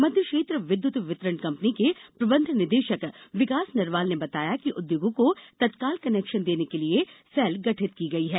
मध्य क्षेत्र विद्युत वितरण कम्पनी के प्रबंध निदेशक विकास नरवाल ने बताया कि उद्योगों को तत्काल कनेक्शन देने के लिए सेल गठित की गई है